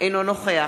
אינו נוכח